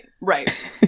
right